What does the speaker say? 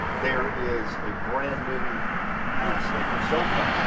there is a brand new sleeper sofa.